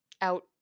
Out